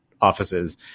offices